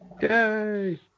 Yay